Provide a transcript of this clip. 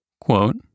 quote